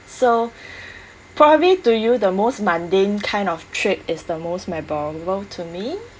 so probably to you the most mundane kind of trip is the most memorable to me